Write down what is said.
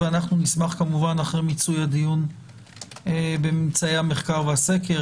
ואחרי מיצוי הדיון וממצאי המחקר והסקר,